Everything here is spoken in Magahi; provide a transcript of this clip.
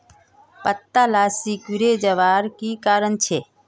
पत्ताला सिकुरे जवार की कारण छे?